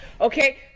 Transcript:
okay